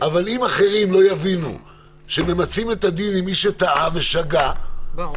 אבל אם אחרים לא יבינו שממצים את הדין עם מי שטעה ושגה --- ברור.